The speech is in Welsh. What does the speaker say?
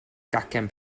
gacen